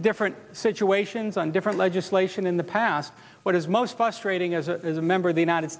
different situations on different legislation in the past what is most frustrating as a member of the united